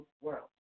world